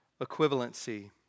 equivalency